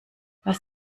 was